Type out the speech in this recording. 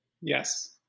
Yes